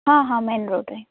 ହଁ ହଁ ମେନ୍ ରୋଡ଼୍ରେ